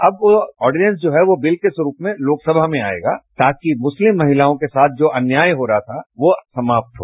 अब आर्डिनेंस जो है वो बिल के स्वरूप में लोकसभा में आयेगा ताकि मुस्लिम महिलाओं के साथ जो अन्याय हो रहा था वो समाप्त हो